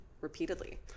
repeatedly